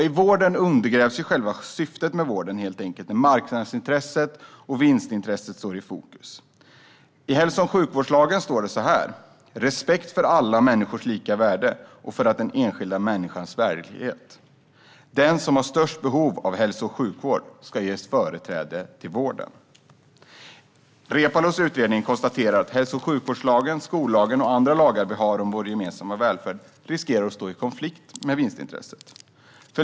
I vården undergrävs helt enkelt själva syftet med vården när marknadstänkandet och vinstintresset står i fokus. I hälso och sjukvårdslagen står det så här: ". respekt för alla människors lika värde och för den enskilda människans värdighet. Den som har det största behovet av hälso och sjukvård skall ges företräde till vården." Reepalus utredning konstaterar att hälso och sjukvårdslagen, skollagen och andra lagar om vår gemensamma välfärd riskerar att komma i konflikt med vinstintresset.